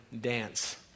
dance